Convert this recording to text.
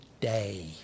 day